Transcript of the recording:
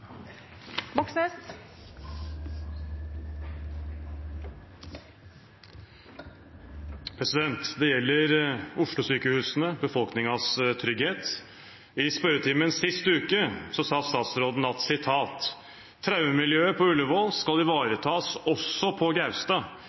Det gjelder Oslo-sykehusene, befolkningens trygghet. I spørretimen sist uke sa statsråden: traumemiljøet på Ullevål skal ivaretas også på Gaustad.